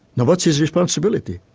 now what's his responsibility,